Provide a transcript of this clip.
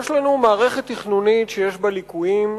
יש לנו מערכת תכנונית שיש בה ליקויים,